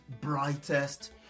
brightest